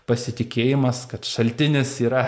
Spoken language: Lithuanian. pasitikėjimas kad šaltinis yra